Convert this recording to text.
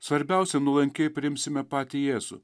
svarbiausia nuolankiai priimsime patį jėzų